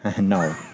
No